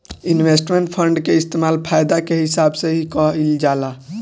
investment fund के इस्तेमाल फायदा के हिसाब से ही कईल जाला